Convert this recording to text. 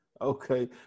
okay